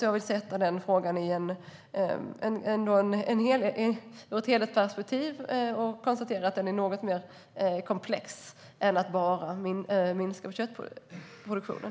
Jag vill se frågan i ett helhetsperspektiv och konstaterar att den är komplex och handlar om mer än att bara minska köttproduktionen.